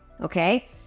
okay